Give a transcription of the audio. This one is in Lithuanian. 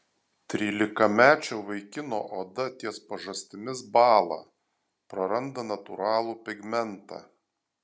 trylikamečio vaikino oda ties pažastimis bąla praranda natūralų pigmentą